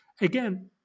Again